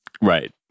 right